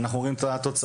ואנחנו רואים את התוצאות.